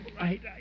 right